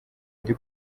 ndi